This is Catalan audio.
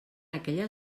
aquella